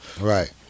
Right